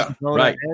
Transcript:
Right